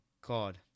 God